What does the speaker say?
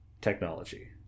technology